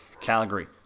Calgary